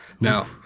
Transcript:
now